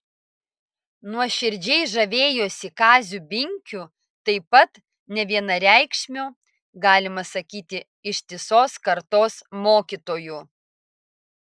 nuoširdžiai žavėjosi kaziu binkiu taip pat nevienareikšmiu galima sakyti ištisos kartos mokytoju